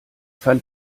fand